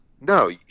No